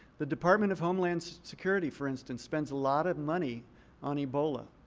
the department of homeland security, for instance, spends a lot of money on ebola.